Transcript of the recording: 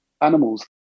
animals